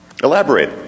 Elaborate